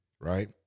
Right